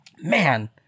man